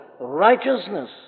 righteousness